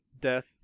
Death